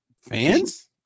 fans